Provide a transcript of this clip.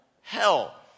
hell